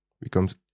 becomes